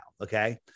okay